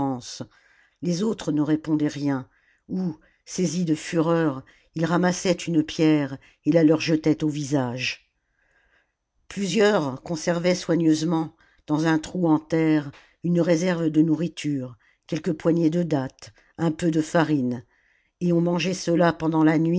les autres ne répondaient rien ou saisis de fureur ils ramassaient une pierre et la leur jetaient au visage plusieurs conservaient soigneusement dans un trou en terre une réserve de nourriture quelques poignées de dattes un peu de farine et on mangeait cela pendant la nuit